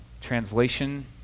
translation